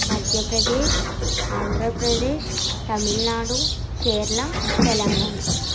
Madhya Pradesh Andhra Pradesh Tamil Nadu Kerala Telangana